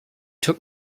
took